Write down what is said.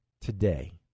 today